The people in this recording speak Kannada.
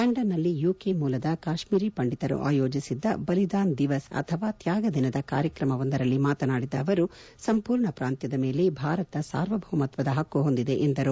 ಲಂಡನ್ನಲ್ಲಿ ಯುಕೆ ಮೂಲದ ಕಾಶ್ನೀರಿ ಪಂಡಿತರು ಆಯೋಜಿಸಿದ್ದ ಬಲಿದಾನ ದಿವಸ್ ಅಥವಾ ತ್ಲಾಗ ದಿನದ ಕಾರ್ಯಕ್ರಮವೊಂದರಲ್ಲಿ ಮಾತನಾಡಿದ ಅವರು ಸಂಪೂರ್ಣ ಪ್ರಾಂತ್ಯದ ಮೇಲೆ ಭಾರತ ಸಾರ್ವಭೌಮತ್ವದ ಪಕ್ಕು ಹೊಂದಿದೆ ಎಂದರು